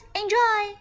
enjoy